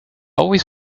always